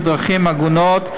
ובדרכים הגונות,